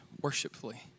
worshipfully